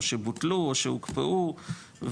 או שבוטלו או שהוקפאו.